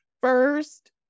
First